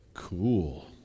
Cool